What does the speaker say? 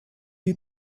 you